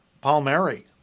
Palmieri